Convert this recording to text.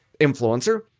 influencer